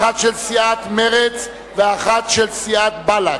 האחת של סיעת מרצ והאחת של סיעת בל"ד.